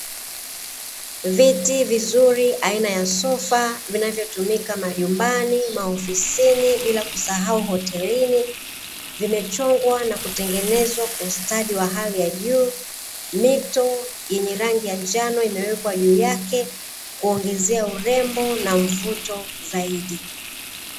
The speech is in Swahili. Viti vizuri aina ya sofa vinavyotumika majumbani, maofisini bila kusahau hotelini. Vimechongwa na kutengenezwa kwa ustadi wa hali ya juu, mito yenye rangi ya njano imewekwa juu yake kuongezea urembo na mvuto zaidi.